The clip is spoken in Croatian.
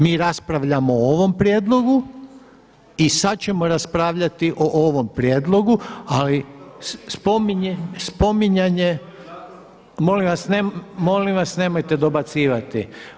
Mi raspravljamo o ovom prijedlogu i sada ćemo raspravljati o ovom prijedlogu ali spominjanje, spominjanje… … [[Upadica se ne čuje.]] Molim vas nemojte dobacivati.